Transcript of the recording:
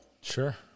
Sure